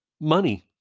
money